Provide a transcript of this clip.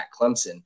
Clemson